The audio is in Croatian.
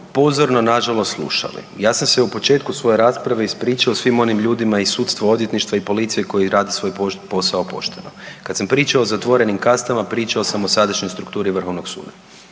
pozorno nažalost slušali, ja sam se u početku svoje rasprave ispričao svim onim ljudima iz sudstva, odvjetništva i policije koji rade svoj posao pošteno. Kad sam pričao o zatvorenim kastama pričao sam o sadašnjoj strukturi Vrhovnog suda